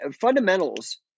fundamentals